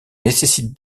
nécessite